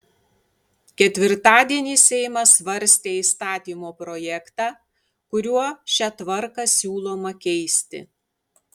ketvirtadienį seimas svarstė įstatymo projektą kuriuo šią tvarką siūloma keisti